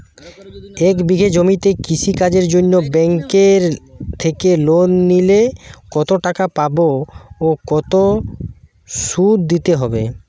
এক বিঘে জমিতে কৃষি কাজের জন্য ব্যাঙ্কের থেকে লোন নিলে কত টাকা পাবো ও কত শুধু দিতে হবে?